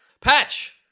Patch